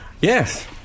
Yes